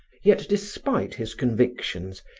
yet, despite his convictions,